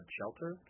Shelter